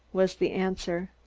was the answer.